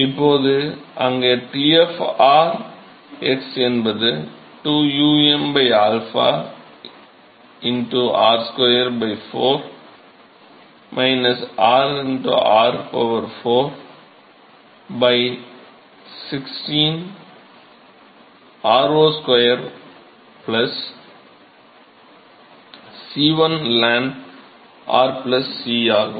இப்போது அங்கே T x என்பது 2 um 𝝰 r 2 4 r r 4 16 r0 2 C1 ln r C ஆகும்